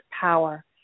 power